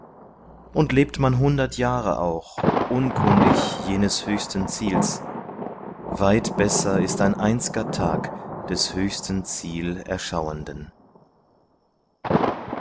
und lebt man hundert jahre auch unkundig jenes höchsten ziels weit besser ist ein einz'ger tag des höchstes ziel erschauenden